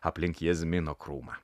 aplink jazmino krūmą